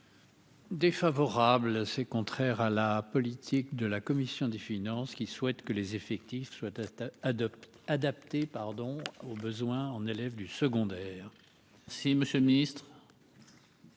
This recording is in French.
Défavorable, c'est contraire à la politique de la commission des finances, qui souhaite que les effectifs soient atteints à 2 adapté pardon aux besoins en élèves du secondaire. Si Monsieur Ministre.